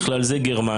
בכלל זה גרמניה,